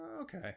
Okay